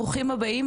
ברוכים הבאים,